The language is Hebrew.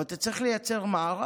אבל אתה צריך לייצר מערך,